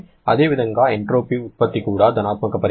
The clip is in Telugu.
అదేవిధంగా ఎంట్రోపీ ఉత్పత్తి కూడా ధనాత్మక పరిమాణం